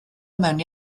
mewn